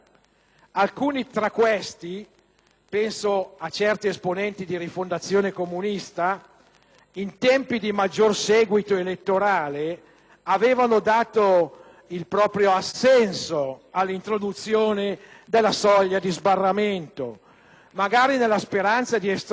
in tempi di maggiore seguito elettorale avevano dato il proprio assenso all'introduzione della soglia di sbarramento, magari nella speranza di estromettere dalle Aule parlamentari proprio il nostro movimento. Non è andata così,